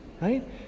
right